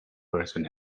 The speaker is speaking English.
person